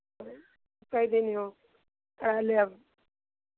कैर दिनिहो कराय लेब